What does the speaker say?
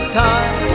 time